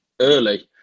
early